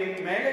מילא,